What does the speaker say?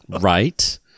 right